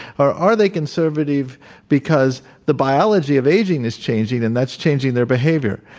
or are they conservative because the biology of aging is changing, and that's changing their behavior?